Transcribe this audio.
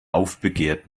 aufbegehrt